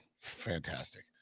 Fantastic